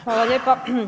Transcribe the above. Hvala lijepa.